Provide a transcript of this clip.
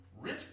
Rich